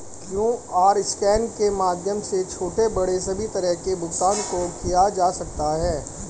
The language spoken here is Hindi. क्यूआर स्कैन के माध्यम से छोटे बड़े सभी तरह के भुगतान को किया जा सकता है